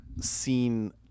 seen